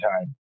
time